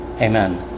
amen